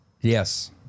yes